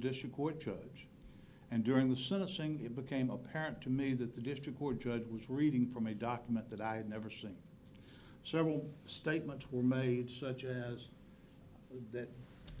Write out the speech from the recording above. district court judge and during the sentencing it became apparent to me that the district court judge was reading from a document that i had never seen several statements were made such as that